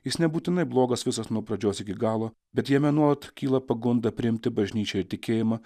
jis nebūtinai blogas visas nuo pradžios iki galo bet jame nuolat kyla pagunda priimti bažnyčią ir tikėjimą